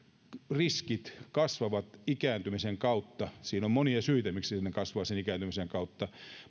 riskit kasvavat ikääntymisen kautta siihen on monia syitä miksi ne kasvavat sen ikääntymisen kautta